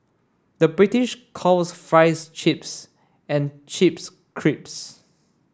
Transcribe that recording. the British calls fries chips and chips creeps